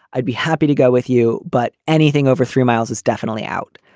i'd be happy to go with you. but anything over three miles is definitely out.